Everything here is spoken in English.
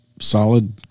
solid